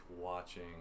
watching